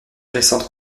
récentes